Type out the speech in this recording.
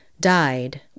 died